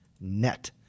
Net